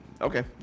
Okay